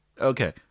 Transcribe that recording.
okay